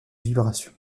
vibration